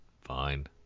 fine